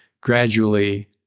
gradually